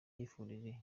yifurije